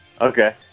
Okay